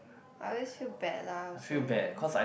I always feel bad lah also